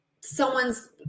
someone's